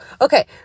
Okay